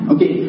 Okay